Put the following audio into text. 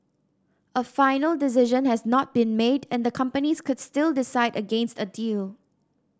a final decision has not been made and the companies could still decide against a deal